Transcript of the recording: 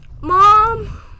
mom